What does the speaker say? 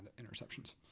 interceptions